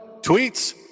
tweets